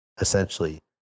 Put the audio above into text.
Essentially